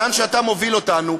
לאן שאתה מוביל אותנו,